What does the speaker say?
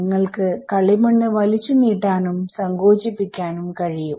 നിങ്ങൾക്ക് കളിമണ്ണ് വലിച്ചു നീട്ടനും സങ്കോചിപ്പിക്കാനും കഴിയും